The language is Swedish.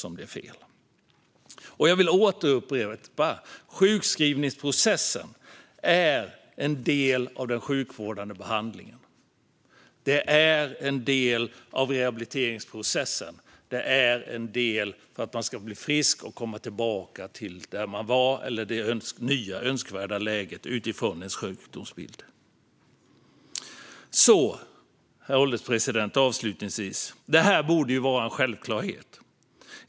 Låt mig därför upprepa att sjukskrivningsprocessen är en del av den sjukvårdande behandlingen och rehabiliteringsprocessen. Den är en del av att man ska bli frisk och komma tillbaka dit där man var eller till det nya önskvärda läget utifrån ens sjukdomsbild. Herr ålderspresident! Detta borde vara en självklarhet.